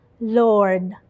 Lord